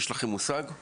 יש לכם מושג?